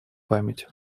память